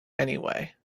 anyway